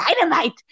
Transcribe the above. Dynamite